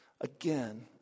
again